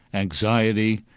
anxiety,